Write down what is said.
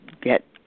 get